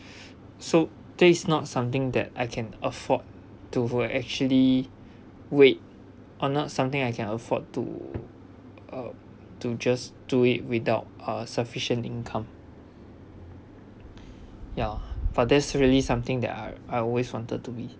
so that is not something that I can afford to who actually wait or not something I can afford to uh to just do it without uh sufficient income ya but that's really something that I I always wanted to be